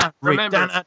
remember